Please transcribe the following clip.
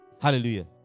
Hallelujah